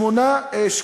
קריית-שמונה.